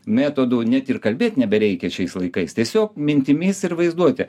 metodu net ir kalbėt nebereikia šiais laikais tiesiog mintimis ir vaizduote